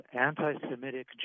anti-Semitic